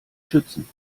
schützen